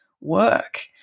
work